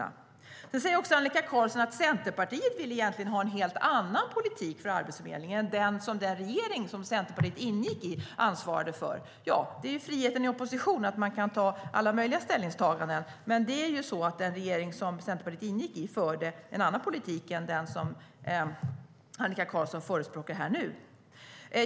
Annika Qarlsson säger också att Centerpartiet egentligen vill ha en helt annan politik för Arbetsförmedlingen än den som den regering som Centerpartiet ingick i ansvarade för. Ja, friheten i opposition är att man kan inta alla möjliga ställningstaganden, men den regering som Centerpartiet ingick i förde ju en annan politik än den som Annika Qarlsson förespråkar nu.